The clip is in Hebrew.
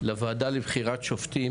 לוועדה לבחירת שופטים,